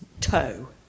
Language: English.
toe